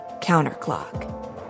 counterclock